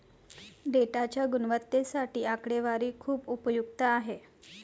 डेटाच्या गुणवत्तेसाठी आकडेवारी खूप उपयुक्त आहे